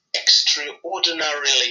extraordinarily